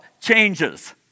changes